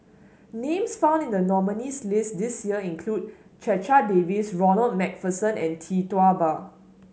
names found in the nominees' list this year include Checha Davies Ronald MacPherson and Tee Tua Ba